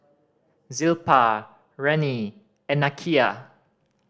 Zilpah Rennie and Nakia